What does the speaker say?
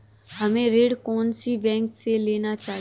हमें ऋण कौन सी बैंक से लेना चाहिए?